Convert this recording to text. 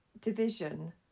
division